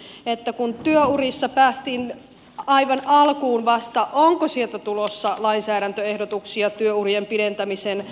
kysynkin että kun työurissa päästiin vasta aivan alkuun onko sieltä tulossa lainsäädäntöehdotuksia työurien pidentämisen